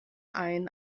ein